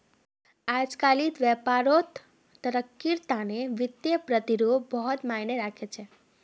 अजकालित व्यापारत तरक्कीर तने वित्तीय प्रतिरूप बहुत मायने राख छेक